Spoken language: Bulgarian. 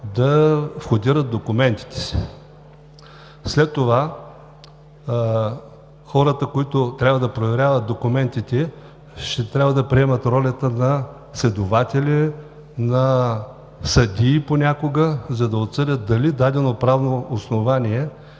да входират документите си. След това хората, които трябва да проверяват документите, ще трябва да приемат ролята на следователи, понякога на съдии, за да отсъдят дали дадено правно основание